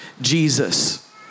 Jesus